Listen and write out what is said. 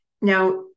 Now